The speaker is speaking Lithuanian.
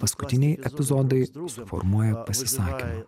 paskutiniai epizodai suformuoja pasisakymą